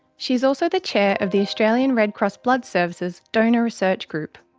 she is also the chair of the australian red cross blood services donor research group.